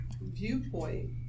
viewpoint